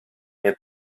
nie